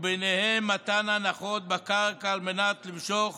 ובהם מתן הנחות בקרקע על מנת למשוך